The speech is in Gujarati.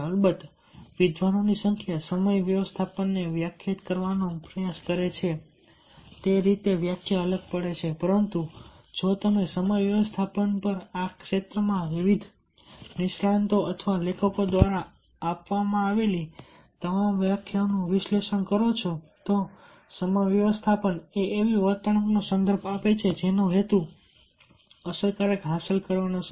અલબત્ત વિદ્વાનોની સંખ્યા સમય વ્યવસ્થાપનને વ્યાખ્યાયિત કરવાનો પ્રયાસ કરે છે તે રીતે વ્યાખ્યા અલગ પડે છે પરંતુ જો તમે સમય વ્યવસ્થાપન પર આ ક્ષેત્રોમાં વિવિધ નિષ્ણાતો અથવા લેખકો દ્વારા આપવામાં આવેલી તમામ વ્યાખ્યાઓનું વિશ્લેષણ કરો છો તો સમય વ્યવસ્થાપન એ એવી વર્તણૂકનો સંદર્ભ આપે છે જેનો હેતુ અસરકારક હાંસલ કરવાનો છે